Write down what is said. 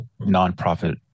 nonprofit